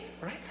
Right